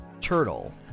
Turtle